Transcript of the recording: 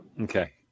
Okay